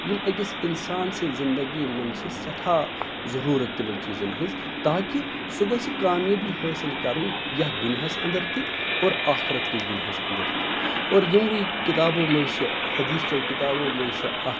یِم أکِس اِنسان سٕنٛدۍ زِندَگی مَنٛز چھِ سٮ۪ٹھاہ ضروٗرَت تِمَن چیٖزَن ہِنٛز تاکہِ سُہ گَژھہِ کامیٲبی حٲصِل کَرُن یَتھ دُنیاہَس اَنٛدر تہِ اور آخرَت کِس دُنیاہس اَنٛدر تہِ اور یِموٕے کِتابو مَنٛز چھِ حَدیٖث چیٛو کِتابو مَنٛز چھِ اَکھ